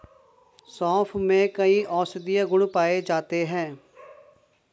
सोंफ में कई औषधीय गुण पाए जाते हैं